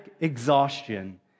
exhaustion